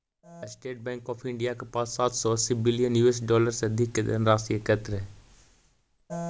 state Bank of India के पास सात सौ अस्सी बिलियन यूएस डॉलर से अधिक के धनराशि एकत्रित हइ